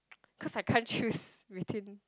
cause I can't choose between